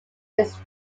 his